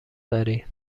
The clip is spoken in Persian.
داری